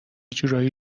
جورایی